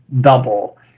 double